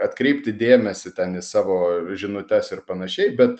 atkreipti dėmesį ten į savo žinutes ir panašiai bet